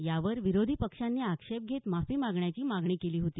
यावर विरोधी पक्षांनी आक्षेप घेत माफी मागण्याची मागणी केली होती